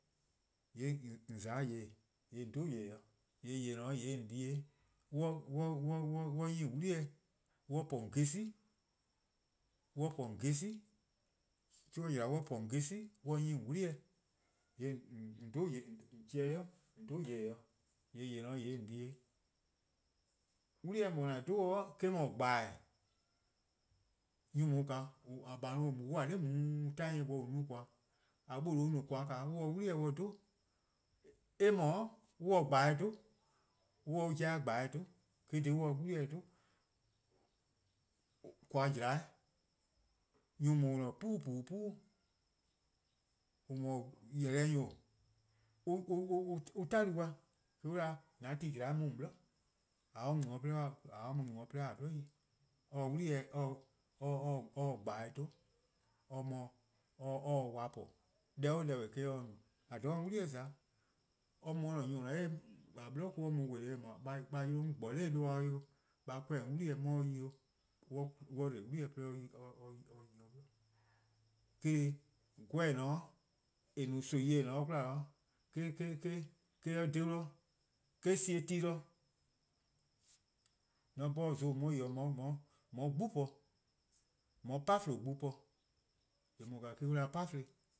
:Yee' :on :za 'o :yeh :daa :on dhe-eh-dih :yee' :on di :yeh :daa 'weh. :mor on 'nyi :on 'wli-eh on :za 'on 'geli', :mor 'chuh :jla :mor on :za :on 'geli' :yee' :on chehn 'i :on dhe :yeh :daa dih :yee' :on di :yeh :daa 'weh. 'Wli-eh :an dhe-a dih eh-: 'dhu :gbeh'eh-:. Nyor+ :daa, :a :bai' :on mu-a 'noror' tain bo :an no-a :koan', an :noo' no :koan' on se 'wli-eh dih dhe, eh :mor on se :gbeh'eh: 'dhu, on se-a 'jeh-a :gbeh'eh 'dhu, eh-: :korn dhih or se 'wli-eh dih dhe. :koan :jla, nyor+ :daa :on :ne-a 'puu' :puu: 'puu', :on no-a :beleh' nyor on 'ta-dih-uh dih, on 'da an ti :jla-a mu :on 'bli. :ka or mu no-' 'de on 'ye-a 'bli yi :eh, or se-a :gbeh'eh: 'dhu, or mor or se wa po, deh 'o deh eh-: or se no, :dha or mu 'wli-eh :za-eh :eh? Or-a nyor+ :on :ne-a 'nor :a 'bli mor-: or mu wele-' a 'yle 'on gbo 'noror' 'duhba'-' 'weh 'o a kor-dih 'on 'wli-eh 'on 'ye 'de yi 'o. :mor on dbo 'wli-eh 'de 'de or 'ye-or 'bli yi. Eh-: :korn dhih 'gweh :eh no-a nimi-eh :eh :ne-a 'de 'kwla eh-: :dhe-dih :eh sie ti de. :an 'bhorn zon :on mu-a 'de yi-' :on 'ye 'gbu po, :on 'ye 'pafluh:+ gbu po. Deh :daa me-: an 'da-dih 'pafluh+.